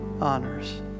honors